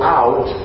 out